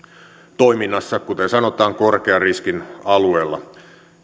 toiminnassa korkean riskin alueella kuten sanotaan